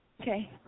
Okay